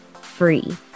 free